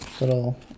little